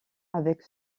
avec